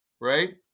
right